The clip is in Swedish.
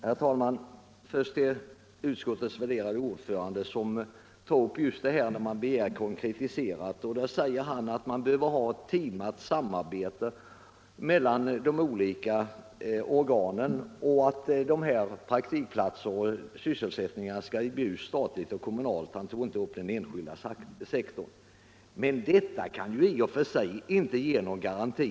Herr talman! Först några ord till utskottets värderade ordförande. Han säger att det behövs ett samarbete som är tajmat mellan de olika organen om dessa praktikplatser och att sysselsättningen skall bjudas statligt och kommunalt — han tog inte upp den enskilda sektorn. Men detta kan i och för sig inte ge någon garanti.